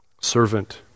servant